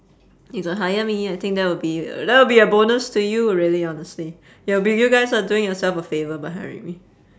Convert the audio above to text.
you got hire me I think that will be that will be bonus to you really honestly you'll b~ you guys are doing yourself a favour by hiring me